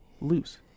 loose